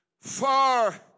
Far